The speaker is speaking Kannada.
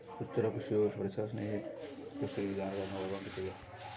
ಸುಸ್ಥಿರ ಕೃಷಿಯು ಪರಿಸರ ಸ್ನೇಹಿ ಕೃಷಿ ವಿಧಾನಗಳನ್ನು ಒಳಗೊಂಡಿರುತ್ತದೆ